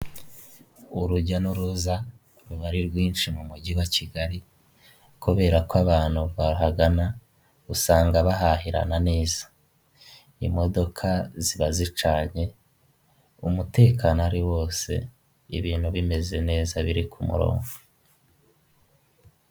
Urujya n'uruza ruba ari rwinshi mu mujyi wa Kigali, kubera ko abantu bahagana usanga bahahirana neza. Imodoka ziba zicanye, umutekano ari wose, ibintu bimeze neza biri ku murongo.